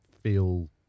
feel